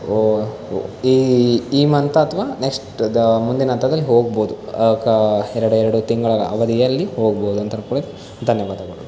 ಓ ಈ ಈ ಮಂಥ್ ಅಥವಾ ನೆಕ್ಸ್ಟ್ ದ ಮುಂದಿನ ಹಂತದಲ್ಲಿ ಹೋಗಬೋದು ಕ ಎರೆಡೆರಡು ತಿಂಗಳ ಅವಧಿಯಲ್ಲಿ ಹೋಗ್ಬೋದು ಧನ್ಯವಾದಗಳು